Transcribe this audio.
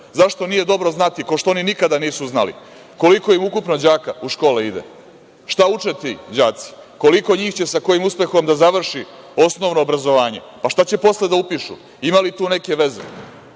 Zašto nije dobro znati, kao što oni nikada nisu znali, koliko im ukupno đaka u škole ide? Šta uče ti đaci? Koliko njih će sa kojim uspehom da završi osnovno obrazovanje? Pa šta će posle da upišu? Ima li tu neke veze?